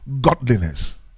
godliness